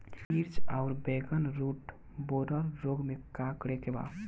मिर्च आउर बैगन रुटबोरर रोग में का करे के बा?